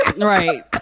right